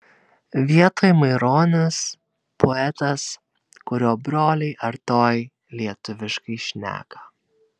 vietoj maironis poetas kurio broliai artojai lietuviškai šneka